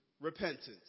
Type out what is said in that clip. repentance